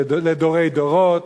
לדורי דורות,